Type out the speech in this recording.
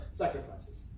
sacrifices